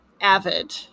avid